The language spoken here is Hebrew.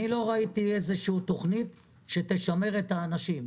לא ראיתי איזו תוכנית שתשמר את האנשים,